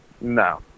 No